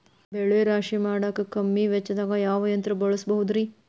ಬೆಳೆ ರಾಶಿ ಮಾಡಾಕ ಕಮ್ಮಿ ವೆಚ್ಚದಾಗ ಯಾವ ಯಂತ್ರ ಬಳಸಬಹುದುರೇ?